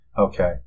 Okay